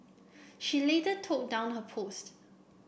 she later took down her post